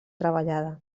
treballada